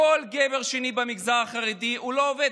כל גבר שני במגזר החרדי לא עובד,